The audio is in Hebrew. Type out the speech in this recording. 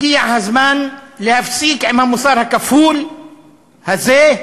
הגיע הזמן להפסיק עם המוסר הכפול הזה.